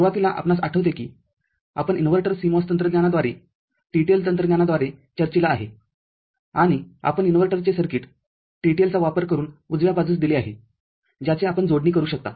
सुरूवातीसआपणास आठवते की आपण इनव्हर्टर CMO तंत्रज्ञानाद्वारे TTL तंत्रज्ञानाद्वारे चर्चिला आहे आणि आपण इनव्हर्टरचे सर्किट TTL चा वापर करून उजव्या बाजूस दिले आहे ज्याची आपण जोडणी करू शकता